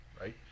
right